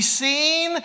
seen